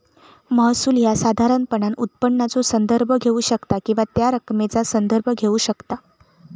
महसूल ह्या साधारणपणान उत्पन्नाचो संदर्भ घेऊ शकता किंवा त्या रकमेचा संदर्भ घेऊ शकता